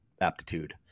aptitude